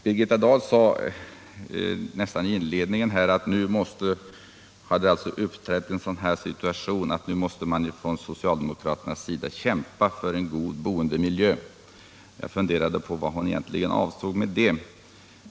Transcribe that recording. Birgitta Dahl sade i inledningen att det nu har uppstått en sådan situation att socialdemokraterna måste kämpa för en god boendemiljö. Jag funderade på vad hon egentligen avsåg med det.